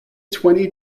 twenty